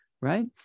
right